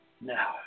Now